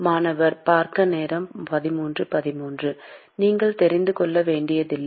மாணவர் நீங்கள் தெரிந்து கொள்ள வேண்டியதில்லை